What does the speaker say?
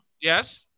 Yes